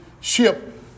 ship